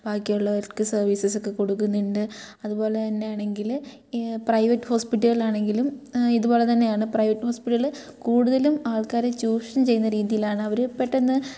ബാക്കിയുള്ളവർക്ക് സെർവീസസൊക്കേ കൊടുക്കുന്നുണ്ട് അതുപോലെന്നാണെങ്കിൽ ഈ പ്രൈവറ്റ് ഹോസ്പിറ്റലാണെങ്കിലും ഇതുപോലെതന്നെയാണ് പ്രൈവറ്റ് ഹോസ്പിറ്റല് കൂടുതലും ആൾക്കാരെ ചൂഷണം ചെയ്യുന്ന രീതിയിലാണ് അവർ പെട്ടന്ന്